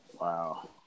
Wow